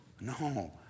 No